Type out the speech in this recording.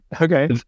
Okay